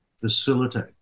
facilitate